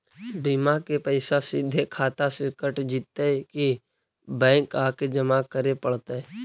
बिमा के पैसा सिधे खाता से कट जितै कि बैंक आके जमा करे पड़तै?